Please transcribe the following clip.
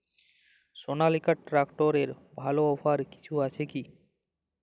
সনালিকা ট্রাক্টরে ভালো অফার কিছু আছে কি?